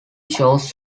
shows